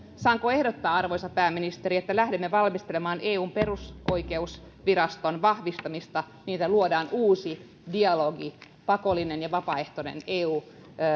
saanko ehdottaa arvoisa pääministeri että lähdemme valmistelemaan eun perusoikeusviraston vahvistamista niin että luodaan uusi dialogi pakollinen ja vapaaehtoinen eu